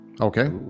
Okay